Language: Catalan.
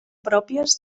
pròpies